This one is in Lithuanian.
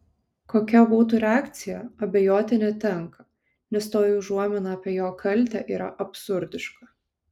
kokia būtų reakcija abejoti netenka nes toji užuomina apie jo kaltę yra absurdiška